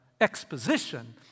exposition